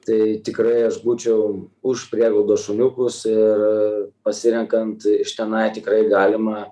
tai tikrai aš būčiau už prieglaudos šuniukus ir pasirenkant iš tenai tikrai galima